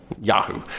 yahoo